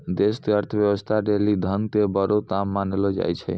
देश के अर्थव्यवस्था लेली धन के बड़ो काम मानलो जाय छै